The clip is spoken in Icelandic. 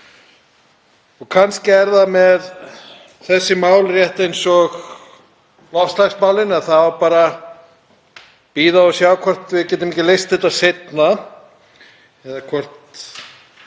Kannski er það með þessi mál rétt eins og loftslagsmálin að það á bara að bíða og sjá hvort við getum ekki leyst þetta seinna eða að